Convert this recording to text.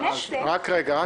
רק רגע.